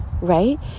right